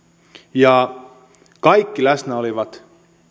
kaikki läsnä olevat